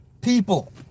people